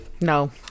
No